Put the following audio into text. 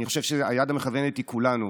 אני חושב שהיד המכוונת היא כולנו.